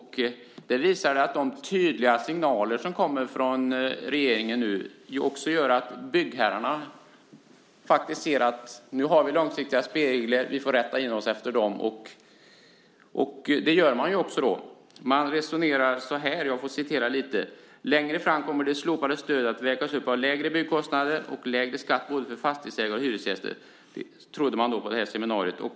Det visar att de tydliga signaler som nu kommer från regeringen gör att byggherrarna ser: Nu har vi långsiktiga spelregler, och vi får rätta in oss efter dem. Det gör man också. De resonerar så här: "Längre fram kommer det slopade stödet att vägas upp av lägre byggkostnader och lägre skatt både för fastighetsägare och hyresgäster." Det trodde man på seminariet.